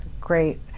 great